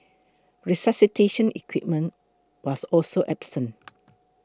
resuscitation equipment was also absent